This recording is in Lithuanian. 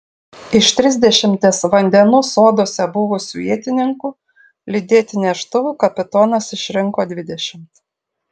iš trisdešimties vandenų soduose buvusių ietininkų lydėti neštuvų kapitonas išrinko dvidešimt